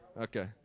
Okay